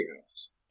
House